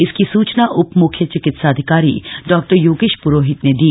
इसकी सूचना उप मुख्य चिकित्साधिकारी डॉक्टर योगेश प्रोहित ने दी